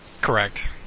Correct